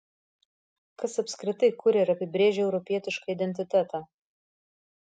kas apskritai kuria ir apibrėžia europietišką identitetą